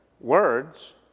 words